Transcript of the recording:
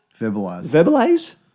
Verbalize